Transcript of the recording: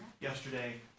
yesterday